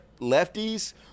lefties